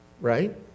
Right